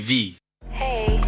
Hey